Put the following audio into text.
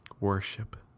worship